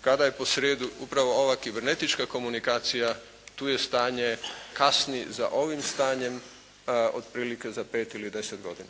kada je posrijedi upravo ova kibernetička komunikacija, tu je stanje, kasni za ovim stanjem otprilike za pet ili deset godina.